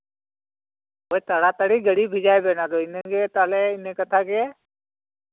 ᱦᱳᱭ ᱛᱟᱲᱟ ᱛᱟᱲᱤ ᱜᱟᱹᱰᱤ ᱵᱷᱮᱡᱟᱭ ᱵᱮᱱ ᱟᱫᱚ ᱤᱱᱟᱹᱜᱮ ᱛᱟᱦᱞᱮ ᱤᱱᱟᱹ ᱠᱟᱛᱷᱟ ᱜᱮ